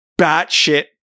batshit